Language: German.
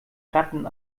ratten